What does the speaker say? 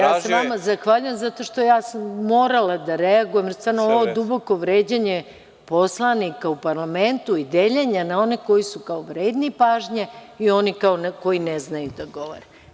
Ja se vama zahvaljujem, zato što sam morala da reagujem, jer je ovo duboko vređanje poslanika u parlamentu i deljenja na one koji su kao vredni pažnje i one koji ne znaju da govore.